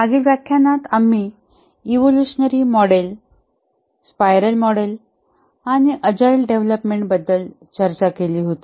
मागील व्याख्यानात आम्ही इवोल्युशनरी मॉडेल स्पायरल मॉडेल आणि अजाईल डेव्हलपमेंट बद्दल चर्चा केली होती